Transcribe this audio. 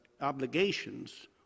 obligations